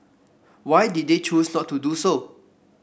why did they choose not to do so